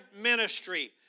ministry